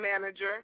manager